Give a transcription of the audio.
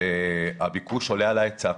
שהביקוש עולה על ההיצע.